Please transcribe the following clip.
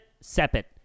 separate